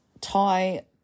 Thai